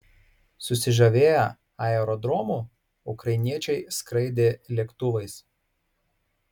susižavėję aerodromu ukrainiečiai skraidė lėktuvais